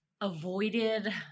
avoided